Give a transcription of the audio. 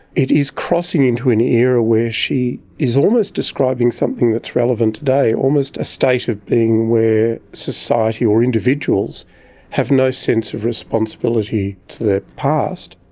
it is crossing into an era where she is almost describing something that's relevant today, almost a state of being, where society or individuals have no sense of responsibility to their past,